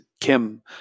Kim